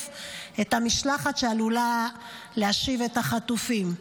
את המשלחת שעלולה להשיב את החטופים.